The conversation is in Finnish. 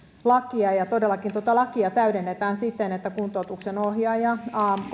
lakia ja todellakin tuota lakia täydennetään siten että kuntoutuksen ohjaaja